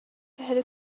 had